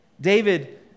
David